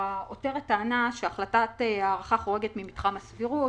העותרת טענה שהחלטת ההארכה חורגת ממתחם הסבירות,